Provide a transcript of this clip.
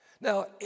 Now